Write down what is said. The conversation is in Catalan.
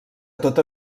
tota